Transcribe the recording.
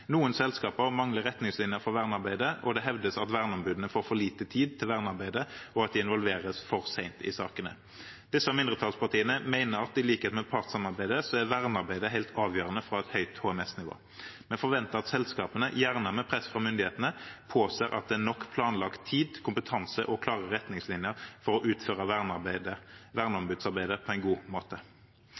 Noen selskaper mangler retningslinjer for vernearbeidet, og det hevdes at verneombudene får for liten tid til vernearbeidet, og at de involveres for sent i sakene. Disse mindretallspartiene mener at vernearbeidet, i likhet med partssamarbeidet, er helt avgjørende for å ha et høyt HMS-nivå. Vi forventer at selskapene, gjerne med press fra myndighetene, påser at det er nok planlagt tid, kompetanse og klare retningslinjer for å utføre verneombudsarbeidet på en god måte.